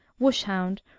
wush-hound,